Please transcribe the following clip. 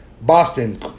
Boston